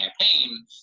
campaign